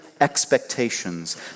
expectations